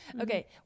Okay